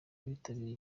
abitabiriye